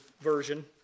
Version